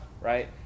right